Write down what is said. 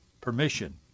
permission